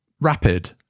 rapid